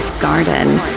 garden